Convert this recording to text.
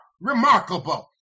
remarkable